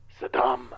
Saddam